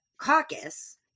caucus